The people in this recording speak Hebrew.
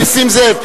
חבר הכנסת נסים זאב,